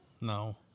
No